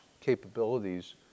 capabilities